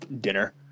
dinner